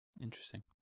Interesting